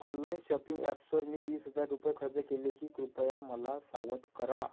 online shopping ॲप्सवर मी वीस हजार रुपये खर्च केले की कृपया मला सावध करा